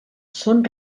són